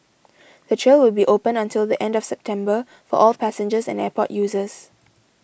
the trail will be open until the end of September for all passengers and airport users